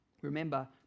Remember